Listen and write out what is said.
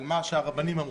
על מה שהרבנים אמרו,